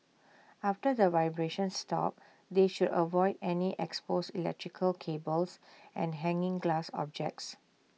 after the vibrations stop they should avoid any exposed electrical cables and hanging glass objects